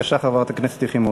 בבקשה, חברת הכנסת יחימוביץ.